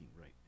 right